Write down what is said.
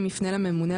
שלהם עדיין.